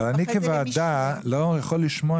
אבל אני כוועדה לא יכול לשמוע